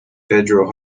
pedro